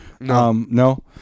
No